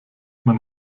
man